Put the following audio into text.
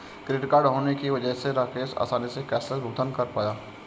credit card होने की वजह से राकेश आसानी से कैशलैस भुगतान कर पाया